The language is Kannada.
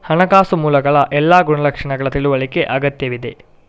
ಹಣಕಾಸು ಮೂಲಗಳ ಎಲ್ಲಾ ಗುಣಲಕ್ಷಣಗಳ ತಿಳುವಳಿಕೆ ಅಗತ್ಯವಿದೆ